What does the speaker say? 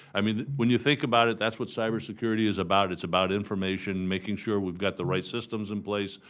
i mean, when you think about it, that's what cybersecurity is about. it's about information, making sure we've got the right systems in place,